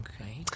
Okay